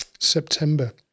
September